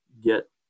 get